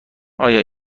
آیا